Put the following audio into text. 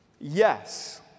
Yes